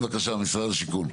בבקשה משרד השיכון.